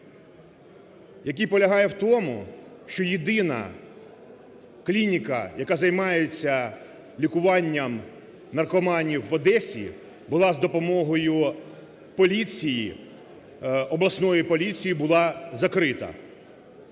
який полягає в тому, що єдина клініка, яка займається лікуванням наркоманів в Одесі, була з допомогою поліції, обласної поліції, була закрита,